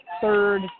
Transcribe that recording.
third